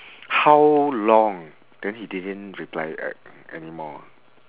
how long then he didn't reply a~ anymore